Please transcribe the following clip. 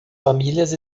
famílias